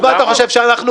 אתה חושב שאנחנו,